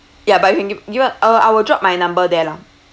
ya but you can gi~ gi~ u~ uh I will drop my number there lah